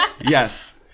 Yes